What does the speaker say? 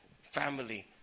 family